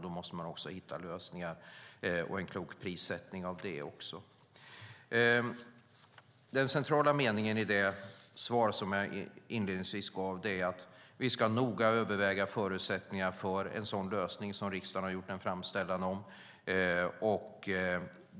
Då måste man hitta lösningar för en klok prissättning. Den centrala meningen i mitt inledande svar var att vi noga ska överväga förutsättningarna för en sådan lösning som riksdagen har gjort en framställan om.